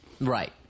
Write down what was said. Right